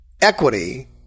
equity